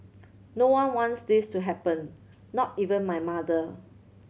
no one wants this to happen not even my mother